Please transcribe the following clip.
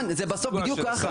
בסוף זה בדיוק כך.